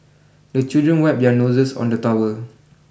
the children wipe their noses on the towel